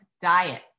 diet